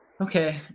Okay